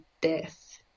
death